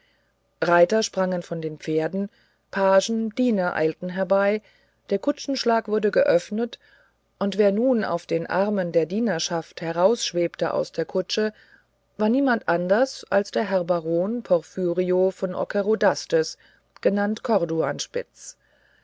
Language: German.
reiter sprangen von den pferden pagen diener eilten herbei der kutschenschlag wurde geöffnet und wer nun aus den armen der dienerschaft herausschwebte aus der kutsche war niemand anders als der herr baron porphyrio von ockerodastes genannt